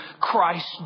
Christ